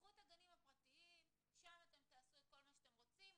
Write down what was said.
קחו את הגנים הפרטיים ותעשו מה שאתם רוצים,